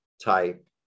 type